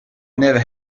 never